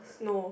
no